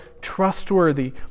trustworthy